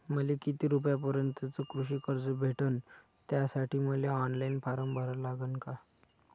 मले किती रूपयापर्यंतचं कृषी कर्ज भेटन, त्यासाठी मले ऑनलाईन फारम भरा लागन का?